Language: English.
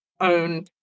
own